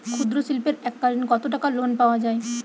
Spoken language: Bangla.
ক্ষুদ্রশিল্পের এককালিন কতটাকা লোন পাওয়া য়ায়?